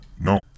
No